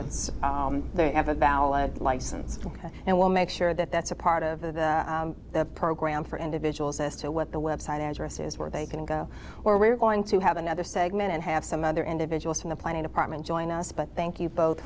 it's they have a valid license and we'll make sure that that's a part of the program for individuals as to what the website addresses where they can go or we're going to have another segment and have some other individuals from the planning department join us but thank you bot